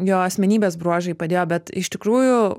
jo asmenybės bruožai padėjo bet iš tikrųjų